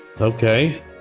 Okay